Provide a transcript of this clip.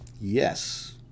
Yes